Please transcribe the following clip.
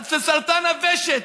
סרטן הוושט,